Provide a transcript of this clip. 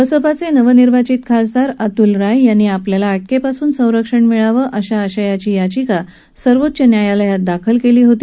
बसपाचे नवनिर्वाचित खासदार अतुल राय यांनी आपल्याला अटकेपासून संरक्षण मिळावं अशा आशयाची याचिका सर्वोच्च न्यायालयात दाखल केली होती